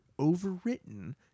overwritten